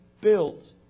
built